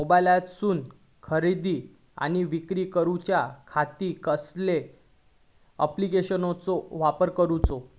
मोबाईलातसून खरेदी आणि विक्री करूच्या खाती कसल्या ॲप्लिकेशनाचो वापर करूचो?